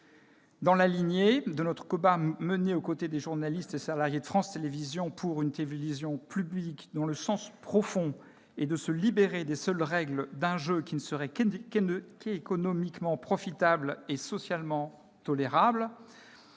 Dans la lignée du combat que nous menons aux côtés des journalistes et salariés de France Télévisions pour « une télévision publique dont le sens profond est de se libérer des seules règles d'un jeu qui ne serait qu'économiquement profitable et socialement tolérable